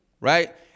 right